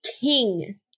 King